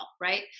right